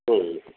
ம் okay sir